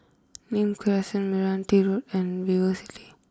Nim Crescent Meranti Road and VivoCity